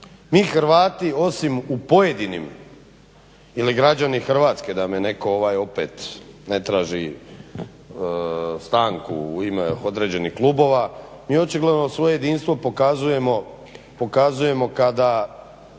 mi Hrvati osim u pojedinim ili građani Hrvatske da me netko opet ne traži stanku u ime određenih klubova, mi očigledno svoje jedinstvo pokazujemo kada